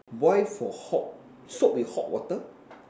boil for hot soak with hot water